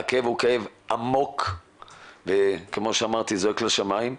הכאב הוא עמוק וזועק לשמיים.